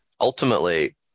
Ultimately